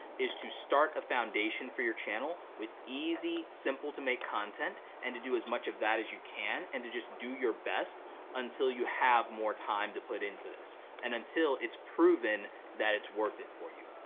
is to start a foundation for your channel with easy, simple to make content, and to do as much of that as you can, and to just do your best until you have more time to put into this. and until it's proven that it's worth it for you.